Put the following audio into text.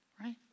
right